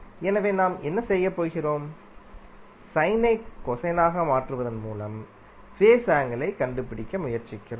எனவே நாம் என்ன செய்கிறோம் சைனை கொசைனாக மாற்றுவதன் மூலம் ஃபேஸ் ஆங்கிளை கண்டுபிடிக்க முயற்சிக்கிறோம்